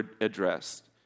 addressed